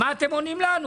אבל מה אתם עונים לנו?